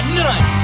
none